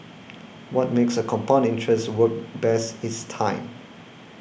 what makes a compound interest work best is time